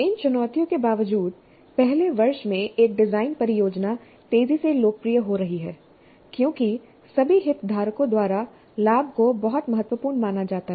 इन चुनौतियों के बावजूद पहले वर्ष में एक डिजाइन परियोजना तेजी से लोकप्रिय हो रही है क्योंकि सभी हितधारकों द्वारा लाभ को बहुत महत्वपूर्ण माना जाता है